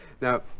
Now